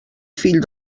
fill